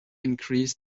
increase